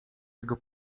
jego